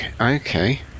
Okay